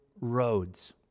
roads